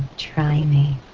try me